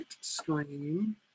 screen